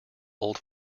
old